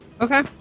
Okay